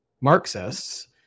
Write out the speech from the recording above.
Marxists